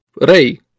Ray